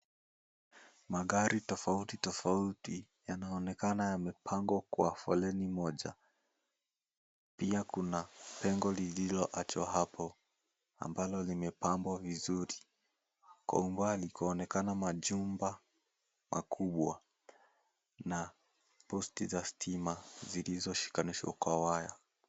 Magari tofauti tofauti yanaonekana yamepangwa kwa foleni moja, pia kuna pengo lililoachwa hapo ambalo limepambwa vizuri, kwa umbali kwaonekana majumba makubwa na posti za stima zilizoshikanishwa kwa waya.